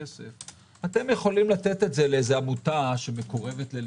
אתם יכולים לתת את זה לעמותה שמקורבת ללבכם.